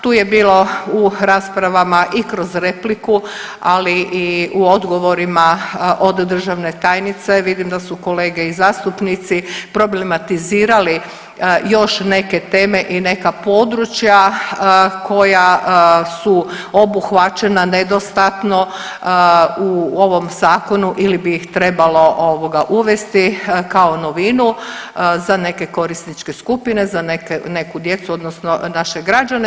Tu je bilo u rasprava i kroz repliku, ali i u odgovorima od državne tajnice vidim da su kolege i zastupnici problematizirali još neke teme i neka područja koja su obuhvaćena nedostatno u ovom zakonu ili bi ih trebalo ovoga uvesti kao novinu za neke korisničke skupine, za neku djecu odnosno naše građane.